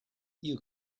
you